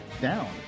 down